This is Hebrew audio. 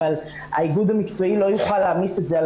אבל האיגוד המקצועי לא יוכל להעמיס את זה על